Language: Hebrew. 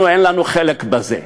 אנחנו אין לנו חלק בזה,